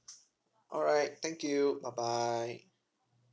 alright thank you bye bye